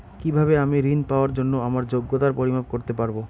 কিভাবে আমি ঋন পাওয়ার জন্য আমার যোগ্যতার পরিমাপ করতে পারব?